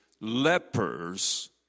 lepers